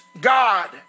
God